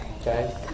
Okay